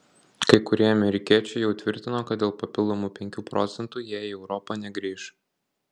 kai kurie amerikiečiai jau tvirtino kad dėl papildomų penkių procentų jie į europą negrįš